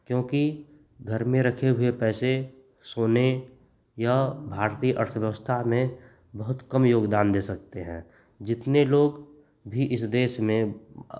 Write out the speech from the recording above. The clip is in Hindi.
क्योंकि घर में रखे हुए पैसे सोने या भारतीय अर्थव्यवस्था में बहुत कम योगदान दे सकते हैं जितने लोग भी इस देश में